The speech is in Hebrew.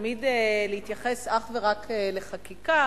תמיד להתייחס אך ורק לחקיקה,